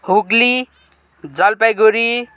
Hooghly Jalpaiguri